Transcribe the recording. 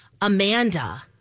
Amanda